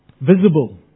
visible